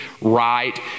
right